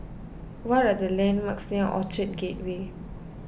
what are the landmarks near Orchard Gateway